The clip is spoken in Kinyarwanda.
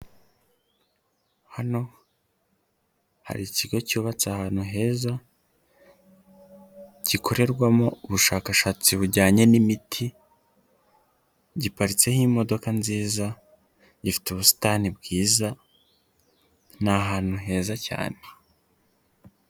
Hano hari ikigo cyubatse ahantu heza gikorerwamo ubushakashatsi bujyanye n'imiti giparitseho imodoka nziza ifite ubusitani bwiza ni ahantu heza cyane.